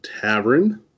tavern